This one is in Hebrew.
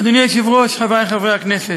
אדוני היושב-ראש, חברי חברי הכנסת,